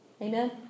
Amen